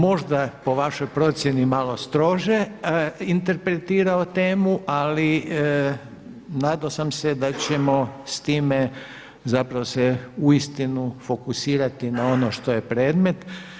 Možda po vašoj procjeni malo strože interpretirao temu ali nadao sam se da ćemo s time zapravo se uistinu fokusirati na ono što je predmet.